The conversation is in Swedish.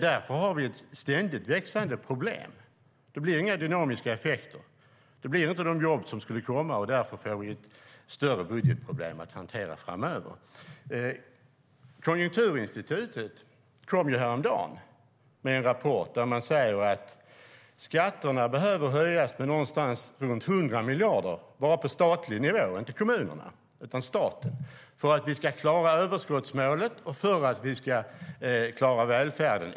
Därför har vi ett ständigt växande problem. Det blir inga dynamiska effekter. De jobb som skulle komma kommer inte. Därför får vi ett större budgetproblem att hantera framöver. Konjunkturinstitutet kom häromdagen med en rapport där man säger att skatterna behöver höjas med någonstans runt 100 miljarder bara på statlig nivå - det gäller inte kommunerna utan staten - för att vi ska klara överskottsmålet och välfärden.